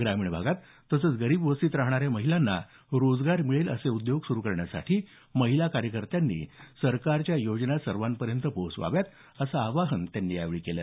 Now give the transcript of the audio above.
ग्रामीण भागात तसंच गरीब वस्तीत राहणाऱ्या महिलांना रोजगार मिळेल असे उद्योग सुरु करण्यासाठी महिला कार्यकर्त्यांनी सरकारच्या योजना सर्वांपर्यंत पोहोचवाव्यात असं आवाहन त्यांनी केलं